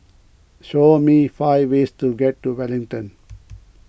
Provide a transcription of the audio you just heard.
show me five ways to get to Wellington